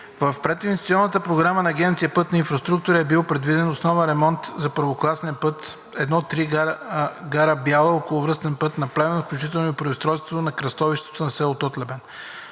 В прединвестиционната програма на Агенция „Пътна инфраструктура“ е бил предвиден основен ремонт на първокласния път I-3 Гара Бяла – околовръстен път на Плевен, включително и преустройство на кръстовището за село Тотлебен.